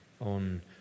on